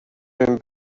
been